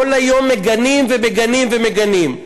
כל היום מגנים ומגנים ומגנים.